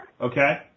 Okay